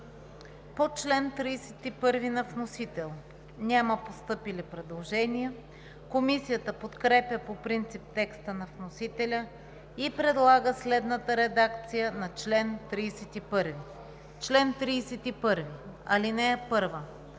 По чл. 37 на вносител няма постъпили предложения. Комисията подкрепя по принцип текста на вносителя и предлага следната редакция на чл. 37: „Чл. 37. (1)